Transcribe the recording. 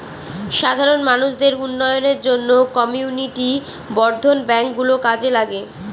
সাধারণ মানুষদের উন্নয়নের জন্য কমিউনিটি বর্ধন ব্যাঙ্ক গুলো কাজে লাগে